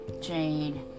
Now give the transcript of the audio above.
jade